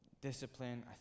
Discipline